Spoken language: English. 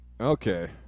Okay